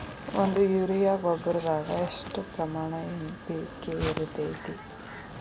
ಒಂದು ಯೂರಿಯಾ ಗೊಬ್ಬರದಾಗ್ ಎಷ್ಟ ಪ್ರಮಾಣ ಎನ್.ಪಿ.ಕೆ ಇರತೇತಿ?